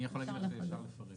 אני יכול להגיד לך שאפשר לפרש את זה.